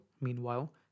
meanwhile